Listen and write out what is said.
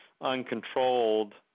uncontrolled